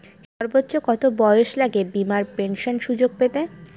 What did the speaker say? সর্বোচ্চ কত বয়স লাগে বীমার পেনশন সুযোগ পেতে?